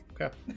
Okay